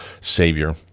savior